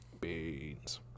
beans